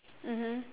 mmhmm